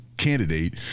Candidate